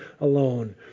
alone